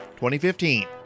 2015